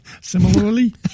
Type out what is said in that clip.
similarly